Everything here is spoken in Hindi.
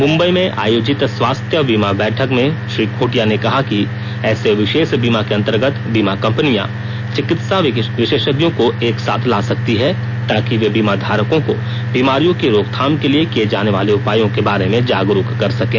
मुंबई में आयोजित स्वास्थ्य बीमा बैठक में श्री खुंटिया ने कहा कि ऐसे विशेष बीमा के अंतर्गत बीमा कंपनियां चिकित्सा विशेषज्ञों को एक साथ ला सकती हैं ताकि वे बीमा धारकों को बीमारियों की रोकथाम के लिए किए जाने वाले उपायों के बारे में जागरुक कर सकें